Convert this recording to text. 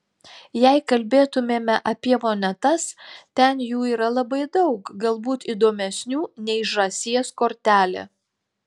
jei kalbėtumėme apie monetas ten jų yra labai daug galbūt įdomesnių nei žąsies kortelė